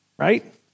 Right